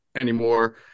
anymore